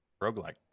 roguelike